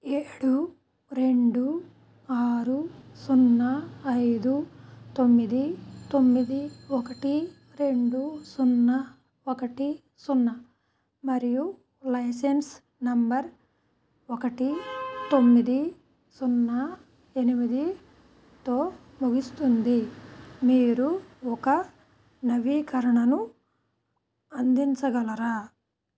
ఏడు రెండు ఆరు సున్నా ఐదు తొమ్మిది తొమ్మిది ఒకటి రెండు సున్నా ఒకటి సున్నా మరియు లైసెన్స్ నంబర్ ఒకటి తొమ్మిది సున్నా ఎనిమిదితో ముగుస్తుంది మీరు ఒక నవీకరణను అందించగలరా